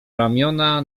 ramiona